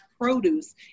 produce